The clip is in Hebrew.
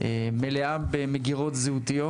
שמלאה במגירות זהותיות.